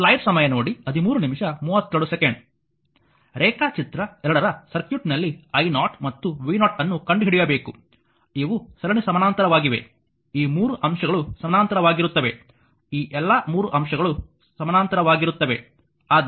ರೇಖಾಚಿತ್ರ 2 ರ ಸರ್ಕ್ಯೂಟ್ನಲ್ಲಿ i0 ಮತ್ತು v0 ಅನ್ನು ಕಂಡುಹಿಡಿಯಬೇಕು ಇವು ಸರಣಿ ಸಮಾನಾಂತರವಾಗಿವೆ ಈ 3 ಅಂಶಗಳು ಸಮಾನಾಂತರವಾಗಿರುತ್ತವೆ ಈ ಎಲ್ಲಾ 3 ಅಂಶಗಳು ಸಮಾನಾಂತರವಾಗಿರುತ್ತವೆ